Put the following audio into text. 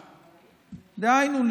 דהיינו,